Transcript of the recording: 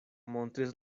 montris